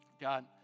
God